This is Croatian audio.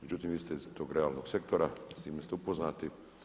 Međutim vi ste iz tog realnog sektora, s time ste upoznati.